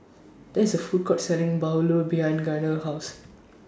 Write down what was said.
There IS A Food Court Selling Bahulu behind Gaynell's House